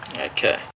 Okay